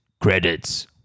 Credits